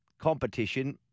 competition